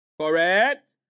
Correct